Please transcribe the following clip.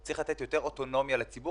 מהר,